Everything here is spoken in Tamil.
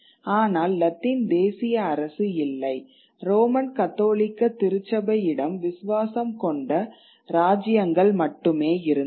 ஆனால் லத்தீன் தேசிய அரசு இல்லை ரோமன் கத்தோலிக்க திருச்சபை இடம் விசுவாசம் கொண்ட ராஜ்யங்கள் மட்டுமே இருந்தன